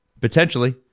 potentially